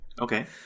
Okay